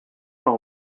pas